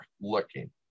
looking